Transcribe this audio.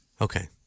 Okay